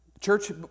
Church